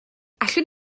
allwn